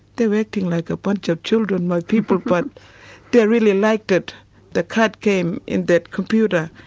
they were acting like a bunch of children my people but they really liked it the card game in that computer.